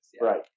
right